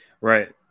right